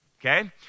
okay